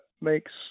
makes